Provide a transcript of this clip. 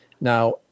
Now